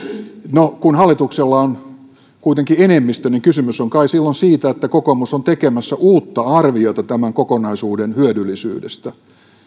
no kun hallituksella on kuitenkin enemmistö niin kysymys on kai silloin siitä että kokoomus on tekemässä uutta arviota tämän kokonaisuuden hyödyllisyydestä